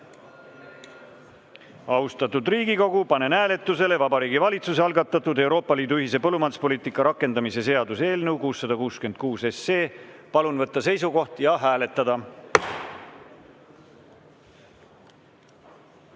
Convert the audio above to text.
Riigikogu, panen hääletusele Vabariigi Valitsuse algatatud Euroopa Liidu ühise põllumajanduspoliitika rakendamise seaduse eelnõu 666. Palun võtta seisukoht ja hääletada!